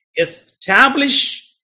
establish